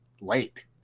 late